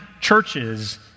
churches